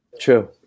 True